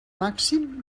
màxim